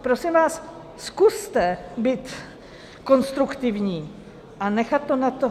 Prosím vás, zkuste být konstruktivní a nechat to na to...